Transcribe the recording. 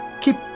Keep